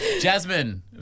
Jasmine